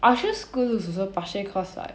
I choose good looks also partially cause like